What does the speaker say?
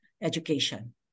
education